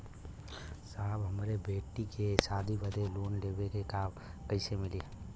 साहब हमरे बेटी के शादी बदे के लोन लेवे के बा कइसे मिलि?